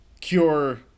cure